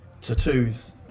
tattoos